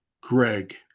Greg